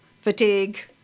fatigue